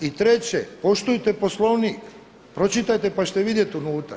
I treće, poslujte Poslovnik, pročitajte pa ćete vidjeti unutra.